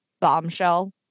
bombshell